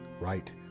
Right